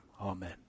Amen